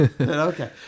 Okay